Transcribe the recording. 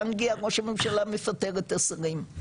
באנגליה ראש הממשלה מפטר את השרים,